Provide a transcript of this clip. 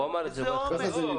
איזה עומס?